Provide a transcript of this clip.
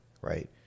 right